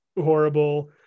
horrible